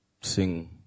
sing